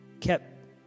kept